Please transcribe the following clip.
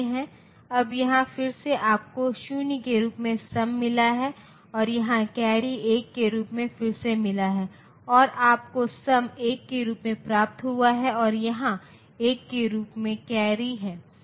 क्योंकि 6 बिट प्रतिनिधित्व के साथ मैं माइनस से जा सकता हूं यदि आप इस सूत्र का पालन करते हैं यदि n 6 के बराबर है